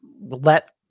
let